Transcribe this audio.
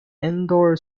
indoor